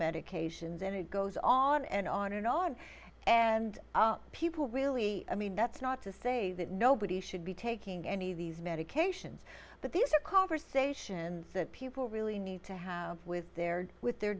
medications and it goes on and on and on and people really i mean that's not to say that nobody should be taking any of these medications but these are conversations that people really need to have with their with their